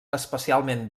especialment